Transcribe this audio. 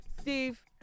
Steve